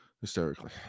hysterically